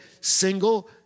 single